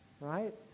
right